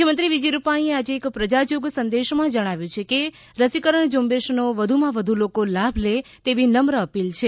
મુખ્યમંત્રી વિજય રૂપાણીએ આજે એક પ્રજાજોગ સંદેશમાં જણાવ્યું છે કે રસીકરણ ઝુંબેશનો વધુમાં વધુ લોકો લાભ લે તેવી નમ્ર અપીલ છે